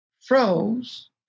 froze